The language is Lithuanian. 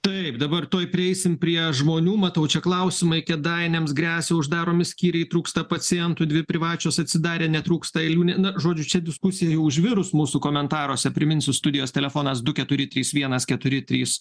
taip dabar tuoj prieisim prie žmonių matau čia klausimai kėdainiams gresia uždaromi skyriai trūksta pacientų dvi privačios atsidarė netrūksta eilių na žodžiu čia diskusija jau užvirus mūsų komentaruose priminsiu studijos telefonas du keturi trys vienas keturi trys